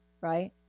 right